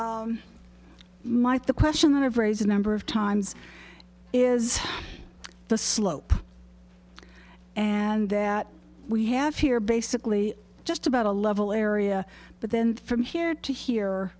might the question that i've raise a number of times is the slope and that we have here basically just about a level area but then from here to here